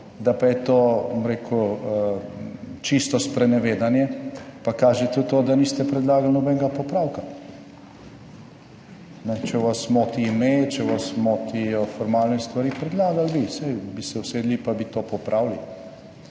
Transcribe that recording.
bom rekel, čisto sprenevedanje, pa kažete to, da niste predlagali nobenega popravka. Če vas moti ime, če vas motijo formalne stvari, predlagali bi, saj bi se usedli, pa bi to popravili.